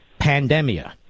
Pandemia